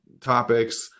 topics